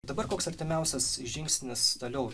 dabar koks artimiausias žingsnis toliau